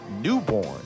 Newborn